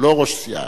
הוא לא ראש סיעה,